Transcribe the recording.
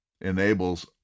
enables